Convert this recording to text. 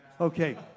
Okay